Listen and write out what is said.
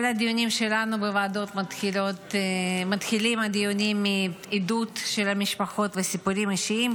כל הדיונים שלנו בוועדות מתחילים מעדות של המשפחות וסיפורים אישיים.